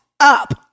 Up